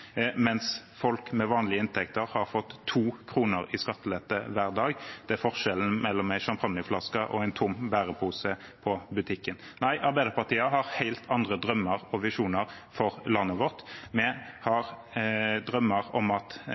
Det er forskjellen mellom en sjampanjeflaske og en tom bærepose på butikken. Arbeiderpartiet har helt andre drømmer og visjoner for landet vårt. Vi har drømmer om at